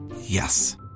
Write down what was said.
Yes